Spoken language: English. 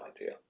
idea